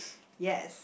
yes